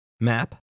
map